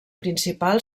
principal